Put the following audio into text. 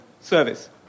service